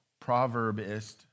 proverbist